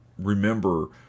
remember